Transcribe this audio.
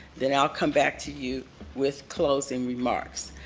then i'll come back to you with closing remarks.